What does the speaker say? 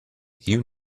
you